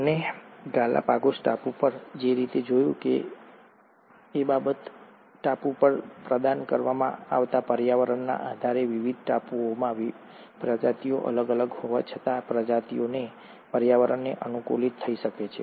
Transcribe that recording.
તેમણે ગાલાપાગોસ ટાપુમાં જે રીતે જોયું તેમ તેમણે જોયું તે બીજી બાબત એ છે કે ટાપુ દ્વારા પ્રદાન કરવામાં આવતા પર્યાવરણના આધારે વિવિધ ટાપુઓમાં પ્રજાતિઓ અલગ અલગ હોવા છતાં પ્રજાતિઓ તે પર્યાવરણને અનુકૂલિત થઈ શકે છે